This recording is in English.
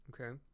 Okay